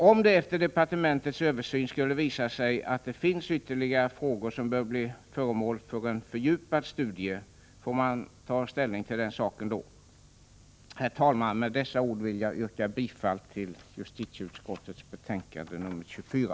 Om det efter departementets översyn skulle visa sig att det finns ytterligare frågor som bör bli föremål för en fördjupad studie, får man ta ställning till den saken då. Herr talman! Med dessa ord vill jag yrka bifall till justitieutskottets hemställan i betänkande nr 24.